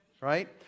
right